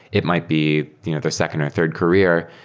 it might be you know their second or third career,